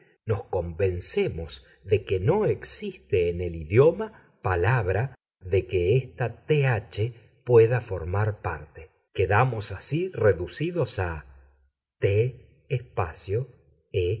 nos convencemos de que no existe en el idioma palabra de que esta th pueda formar parte quedamos así reducidos a t